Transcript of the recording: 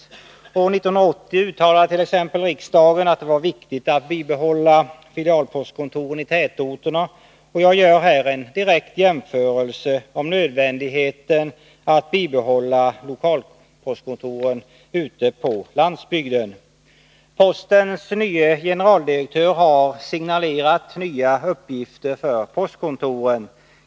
År 1980 uttalade riksdagen t.ex. att det var viktigt att behålla filialpostkontoren i tätorterna, och jag vill här som en direkt parallell framhålla nödvändigheten av att behålla lokalpostkontoren ute på landsbygden. Postverkets nye generaldirektör har signalerat nya uppgifter för postkontoren.